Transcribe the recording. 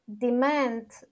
demand